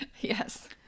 Yes